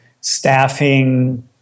staffing